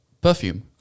perfume